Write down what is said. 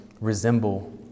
resemble